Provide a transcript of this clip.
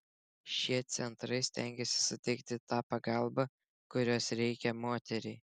šie centrai stengiasi suteikti tą pagalbą kurios reikia moteriai